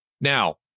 Now